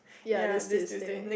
ya this Tuesday